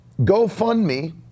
GoFundMe